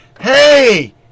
Hey